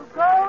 go